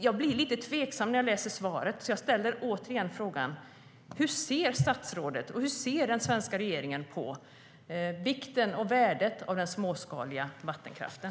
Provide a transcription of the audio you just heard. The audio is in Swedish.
Jag blir lite tveksam när jag läser svaret, så jag ställer återigen frågan: Hur ser statsrådet och den svenska regeringen på vikten och värdet av den småskaliga vattenkraften?